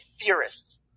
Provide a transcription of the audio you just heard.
theorists